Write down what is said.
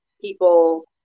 people